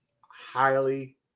highly